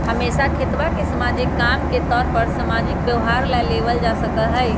हमेशा खेतवा के सामाजिक काम के तौर पर सामाजिक व्यवहार ला लेवल जा सका हई